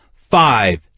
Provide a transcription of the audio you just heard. five